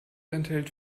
enthält